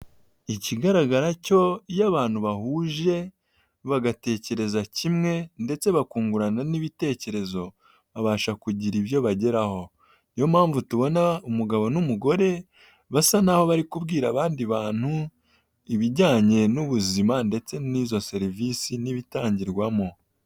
Ikigaragara cyo iyo abantu bahuje bagatekereza kimwe ndetse bakungurana n'ibitekerezo babasha kugira ibyo bageraho, niyo mpamvu tubona umugabo n'umugore basa naho bari kubwira abandi bantu ibijyanye n'ubuzima ndetse n'izo serivisi n'ibitangirwamo.